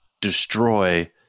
destroy